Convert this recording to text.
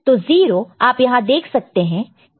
तो 0 आप यहां देख सकते हैं यह 0 है